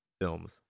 films